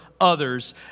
Others